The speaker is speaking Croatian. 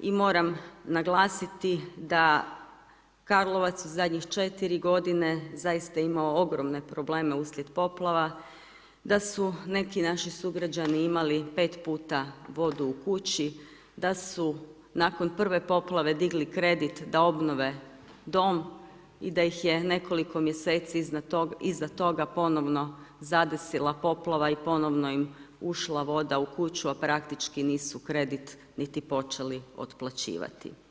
i moram naglasiti, da Karlovac u zadnjih 4 g. zaista imao ogromne probleme uslijed poplava, da su neki naši sugrađani imali 5 puta vodu u kući, da su nakon prve poplave digli kredit da obnove dom i da ih je nekoliko mj. iza toga ponovno zadesila poplava i ponovno im ušla voda u kuću, a praktički nisu kredit niti počeli otplaćivati.